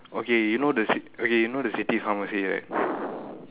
okay you know the cit~ okay you know the city pharmacy right